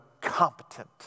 competent